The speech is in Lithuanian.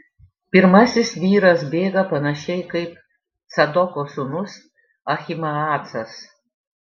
pirmasis vyras bėga panašiai kaip cadoko sūnus ahimaacas